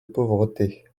pauvreté